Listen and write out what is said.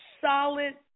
solid